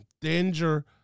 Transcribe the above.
danger